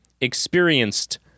experienced